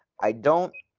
i don't